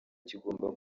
kigomba